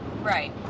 Right